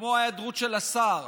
כמו ההיעדרות של השר,